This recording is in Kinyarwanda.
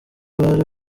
bari